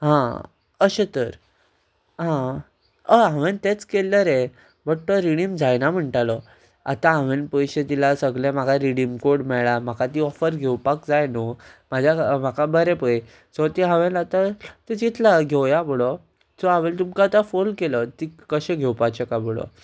हां अशें तर आं हांवेन तेंच केल्लें रे बट तो रिडीम जायना म्हणटालो आतां हांवेन पयशे दिला सगळें म्हाका रिडीम कोड मेळ्ळा म्हाका ती ऑफर घेवपाक जाय न्हू म्हाज्या म्हाका बरें पय सो ती हांवेन आतां चितला घेवया म्हुणोन सो हांवेन तुमकां आतां फोन केलो ती कशें घेवपाचें काय म्हुणोन